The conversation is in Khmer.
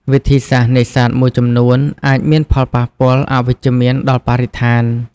វិធីសាស្ត្រនេសាទមួយចំនួនអាចមានផលប៉ះពាល់អវិជ្ជមានដល់បរិស្ថាន។